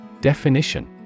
Definition